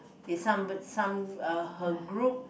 is some some uh her group